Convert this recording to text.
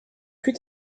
plus